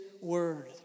word